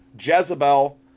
Jezebel